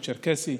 הצ'רקסי,